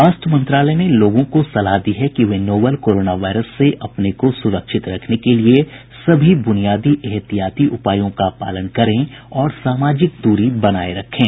स्वास्थ्य मंत्रालय ने लोगों को सलाह दी है कि वे नोवल कोरोना वायरस से अपने को सुरक्षित रखने के लिए सभी बुनियादी एहतियाती उपायों का पालन करें और सामाजिक दूरी बनाए रखें